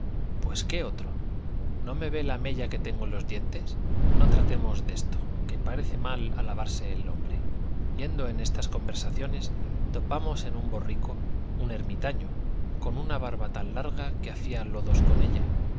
pues qué otro no me ve la mella que tengo en los dientes no tratemos de esto que parece mal alabarse el hombre yendo en estas conversaciones topamos en un borrico un ermitaño con una barba tan larga que hacía lodos con ella